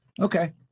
okay